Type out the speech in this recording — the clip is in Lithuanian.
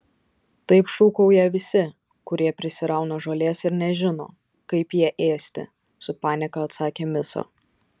taip šūkauja visi kurie prisirauna žolės ir nežino kaip ją ėsti su panieka atsakė misa